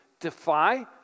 defy